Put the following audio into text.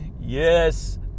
Yes